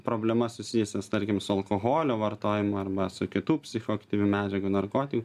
problemas susijusias tarkim su alkoholio vartojimu arba su kitų psichoaktyvių medžiagų narkotikų